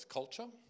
culture